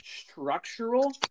structural